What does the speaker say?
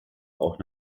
auch